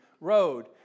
Road